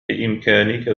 بإمكانك